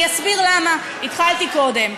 אני אסביר למה, התחלתי קודם.